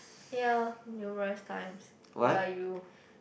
ya numerous times by you